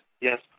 yes